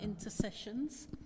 intercessions